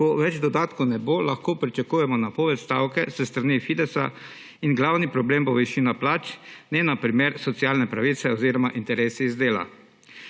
Ko dodatkov več ne bo, lahko pričakujemo napoved stavke s strani Fidesa in glavni problem bo višina plač, ne na primer socialne pravice oziroma interesi iz dela.